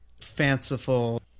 fanciful